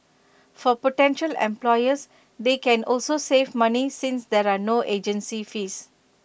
for potential employers they can also save money since there are no agency fees